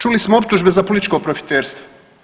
Čuli smo optužbe za političko profiterstvo.